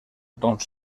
doncs